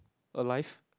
alive